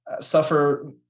suffer